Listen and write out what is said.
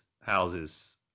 houses